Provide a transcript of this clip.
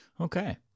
Okay